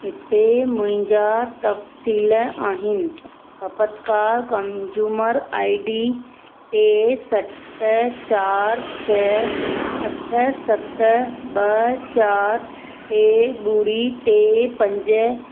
हिते मुहिंजा तफ़्सीलु आहिनि ख़पतकारु कंजूमर आई डी टे सत चारि छ अठ सत ॿ चारि टे ॿुड़ी टे पंज